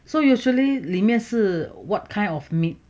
so usually 里面是 what kind of meat